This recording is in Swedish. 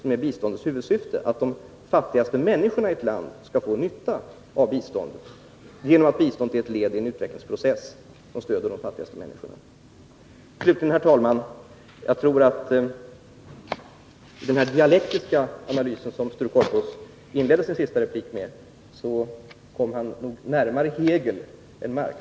Biståndets huvudsyfte är ju att de fattigaste människorna i ett land skall få nytta av biståndet, genom att det är ett led i en utvecklingsprocess som stöder de fattigaste människorna. Slutligen, herr talman, vill jag säga att jag tror att Sture Korpås i den dialektiska analys som han inledde sin senaste replik med kom närmare Hegel än Marx.